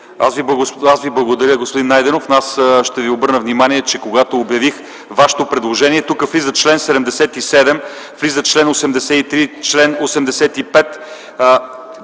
Аз Ви благодаря, господин Найденов, но ще Ви обърна внимание, че когато обявих Вашето предложение, тук влизат чл. 77, чл. 83, чл. 85